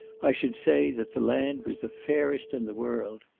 i should say, that the land was the fairest in the world.